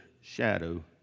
shadow